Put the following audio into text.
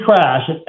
crash